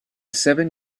seven